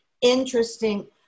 interesting